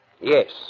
Yes